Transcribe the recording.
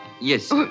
Yes